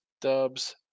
Dubs